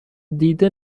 دیده